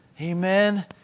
Amen